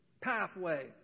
pathway